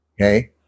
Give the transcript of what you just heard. Okay